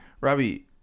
Robbie